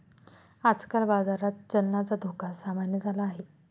आजकाल बाजारात चलनाचा धोका सामान्य झाला आहे